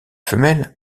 femelles